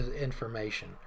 information